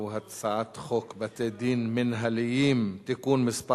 והוא הצעת חוק בתי-דין מינהליים (תיקון מס'